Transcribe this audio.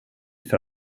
för